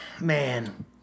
man